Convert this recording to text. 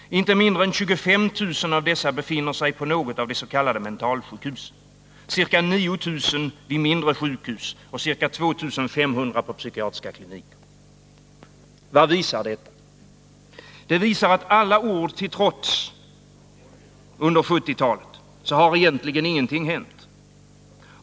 Inte mindre än 25 000 av dessa befinner sig på något av des.k. mentalsjukhusen, ca 9 000 vid mindre sjukhus och ca 2 500 på psykiatriska kliniker. Vad visar detta? Det visar att alla ord under 1970-talet till trots har egentligen ingenting hänt.